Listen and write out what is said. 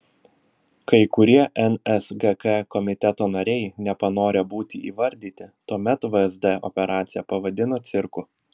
kai kurie nsgk komiteto nariai nepanorę būti įvardyti tuomet vsd operaciją pavadino cirku